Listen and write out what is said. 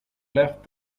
left